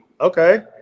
Okay